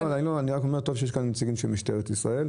טוב שיש כאן נציגים של משטרת ישראל.